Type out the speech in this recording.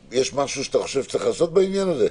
משהו שאתה חושב שצריך לעשות בעניין הזה?